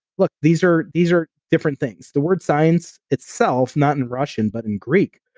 look, these are these are different things. the word science itself, not in russian but in greek,